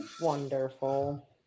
wonderful